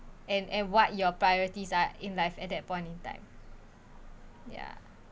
and and what your priorities are in life at that point in time ya